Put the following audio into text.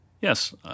Yes